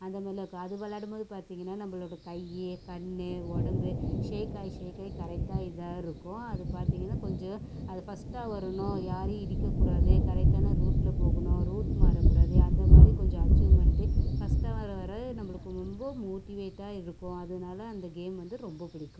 அந்த மாதிரிலாம் இருக்கும் அது விளாடும்போது பார்த்தீங்கன்னா நம்மளோட கை கண் உடம்பு ஷேக்காகி ஷேக்காகி கரெக்டாக இதாக இருக்கும் அது பார்த்தீங்கன்னா கொஞ்சம் அது ஃபஸ்ட்டாக வரணும் யாரையும் இடிக்கக்கூடாது கரெக்டான ரூட்டில் போகணும் ரூட் மாறக்கூடாது அந்த மாதிரி கொஞ்சம் அச்சீவ்மெண்ட்டு ஃபஸ்ட்டாக வரவர நம்மளுக்கு ரொம்ப மோட்டிவேட்டாக இருக்கும் அதனால் அந்த கேம் வந்து ரொம்ப பிடிக்கும்